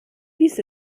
dies